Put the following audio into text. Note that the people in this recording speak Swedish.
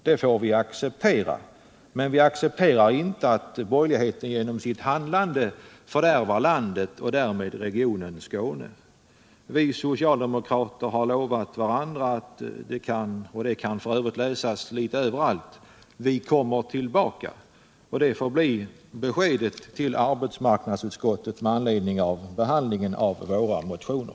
Det får vi acceptera, men vi accepterar inte att borgerligheten genom sitt handlande fördärvar landet och därmed regionen Skåne. Vi socialdemokrater har lovat varandra, och det kan f.ö. läsas litet överallt: Vi kommer tillbaka. Det får bli beskedet till arbetsmarknadsutskottet med anledning av behandlingen av våra motioner.